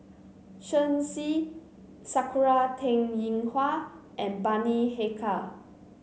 Shen Xi Sakura Teng Ying Hua and Bani Haykal